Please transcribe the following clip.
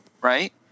right